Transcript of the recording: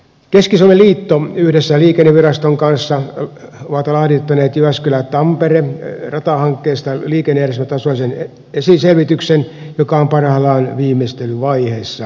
keski suomen liitto yhdessä liikenneviraston kanssa on laadittanut jyväskylätampere ratahankkeesta liikennejärjestelmätasoisen esiselvityksen joka on parhaillaan viimeistelyvaiheessa